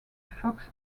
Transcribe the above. fox